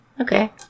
Okay